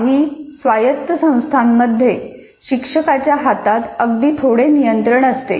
काही स्वायत्त संस्थांमध्ये शिक्षकाच्या हातात अगदी थोडे नियंत्रण असते